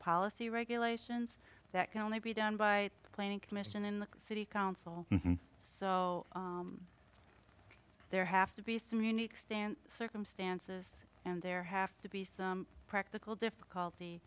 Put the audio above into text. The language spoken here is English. policy regulations that can only be done by the planning commission in the city council so there have to be some unique stand circumstances and there have to be some practical difficulty